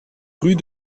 rue